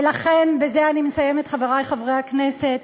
ולכן, ובזה אני מסיימת, חברי חברי הכנסת,